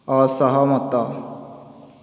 ଅସହମତ